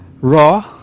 Raw